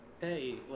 hey